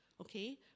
okay